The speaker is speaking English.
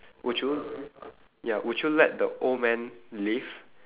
would you ya would you let the old man live